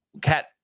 cat